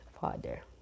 Father